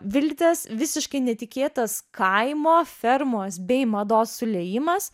viltės visiškai netikėtas kaimo fermos bei mados suliejimas